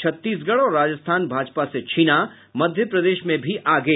छत्तीसगढ़ और राजस्थान भाजपा से छीना मध्य प्रदेश में भी आगे